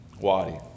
wadi